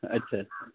अच्छा